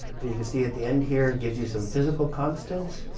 but you can see at the end here, it gives you some physical constants.